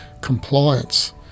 compliance